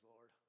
Lord